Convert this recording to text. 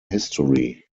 history